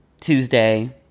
Tuesday